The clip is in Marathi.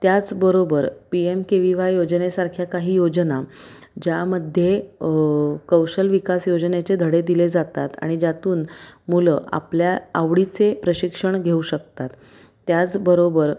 त्याचबरोबर P M K V Y योजनेसारख्या काही योजना ज्यामध्ये कौशल विकास योजनेचे धडे दिले जातात आणि ज्यातून मुलं आपल्या आवडीचे प्रशिक्षण घेऊ शकतात त्याचबरोबर